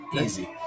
easy